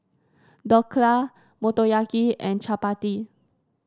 Dhokla Motoyaki and Chapati